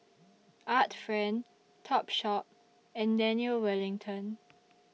Art Friend Topshop and Daniel Wellington